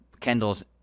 Kendall's